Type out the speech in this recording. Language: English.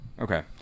Okay